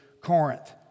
Corinth